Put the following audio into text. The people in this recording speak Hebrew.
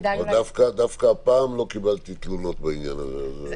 לא, דווקא הפעם לא קיבלתי תלונות בעניין זה.